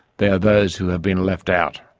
they are those who have been left out.